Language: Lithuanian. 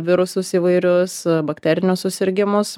virusus įvairius bakterinius susirgimus